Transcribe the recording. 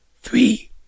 three